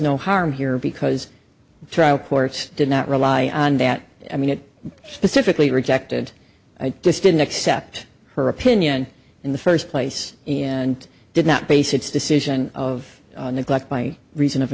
no harm here because the trial courts did not rely on that i mean it specifically rejected i just didn't accept her opinion in the first place and did not base its decision of neglect by reason of